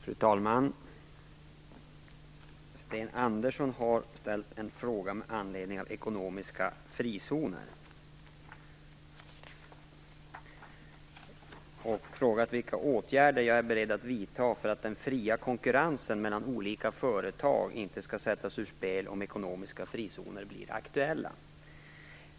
Fru talman! Sten Andersson har ställt en fråga med anledning av ekonomiska frizoner. Han har frågat vilka åtgärder jag är beredd att vidta för att den fria konkurrensen mellan olika företag inte skall sättas ur spel om ekonomiska frizoner blir aktuella.